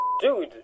Dude